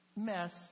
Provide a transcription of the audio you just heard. mess